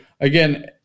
again